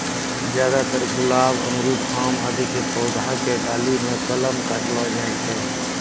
ज्यादातर गुलाब, अमरूद, आम आदि के पौधा के डाली मॅ कलम काटलो जाय छै